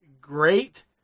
great